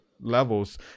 levels